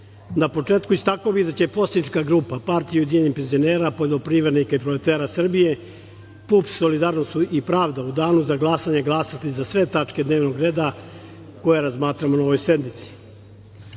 na početku istakao bih da će poslanička grupa Partija ujedinjenih penzionera, poljoprivrednika i proletera Srbije – PUPS - Solidarnost i pravda u danu za glasanje glasati za sve tačke dnevnog reda koje razmatramo na ovoj sednici. Rebalans